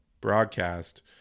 broadcast